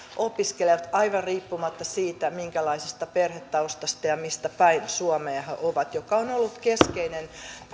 opiskelevat aivan riippumatta siitä minkälaisesta perhetaustasta ja mistä päin suomea he ovat mikä on ollut keskeinen